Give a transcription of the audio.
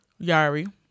Yari